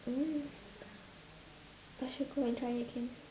I mean I should go and try again